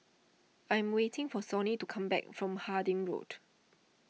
I am waiting for Sonny to come back from Harding Road